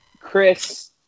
Chris